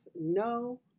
no